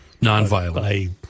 nonviolent